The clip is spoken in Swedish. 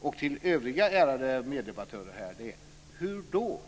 och övriga ärade meddebattörer är: Hur då?